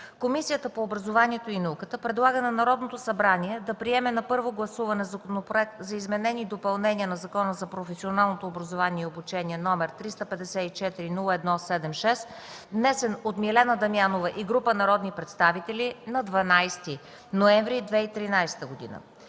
Комисията по образованието и науката предлага на Народното събрание да приеме на първо гласуване Законопроекта за изменение и допълнение на Закона за професионалното образование и обучение, № 354-01-76, внесен от Милена Дамянова и група народни представители на 12 ноември 2013 г.